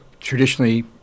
Traditionally